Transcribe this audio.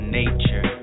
nature